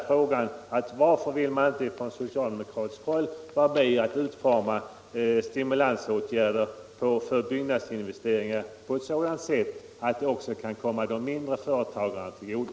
Men varför vill man inte från socialdemokratiskt håll vara med om att utforma stimulansåtgärder för byggnadsinvesteringar så att de också kommer de mindre företagarna till godo?